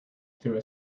through